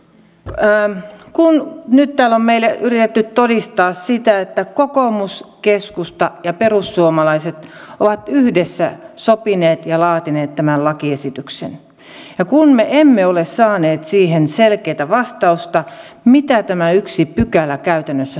nyt täällä on meille yritetty todistaa sitä että kokoomus keskusta ja perussuomalaiset ovat yhdessä sopineet ja laatineet tämän lakiesityksen ja me emme ole saaneet siihen selkeää vastausta mitä tämä yksi pykälä käytännössä tarkoittaa